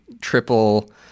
triple